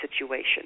situation